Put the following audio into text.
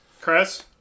Chris